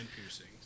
piercing